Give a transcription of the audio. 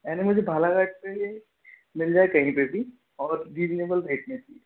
यानि मुझे बालाघाट पे ही मिल जाए कहीं पे भी और रीजनेबल रेट में चाहिए